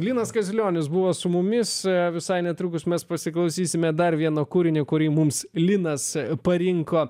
linas kaziulionis buvo su mumis visai netrukus mes pasiklausysime dar vieną kūrinį kurį mums linas parinko